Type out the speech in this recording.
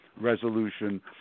Resolution